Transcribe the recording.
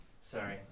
Sorry